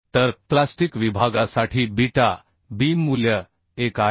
तर प्लास्टिक विभागासाठी beta B मूल्य 1 आहे